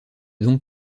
donc